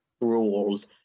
rules